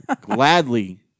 Gladly